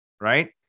right